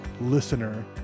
listener